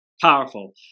powerful